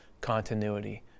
continuity